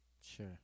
Sure